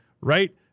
right